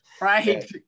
Right